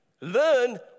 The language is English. Learn